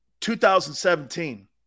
2017